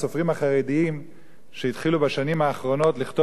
שהתחילו בשנים האחרונות לכתוב ספרי דמיונות,